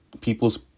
people's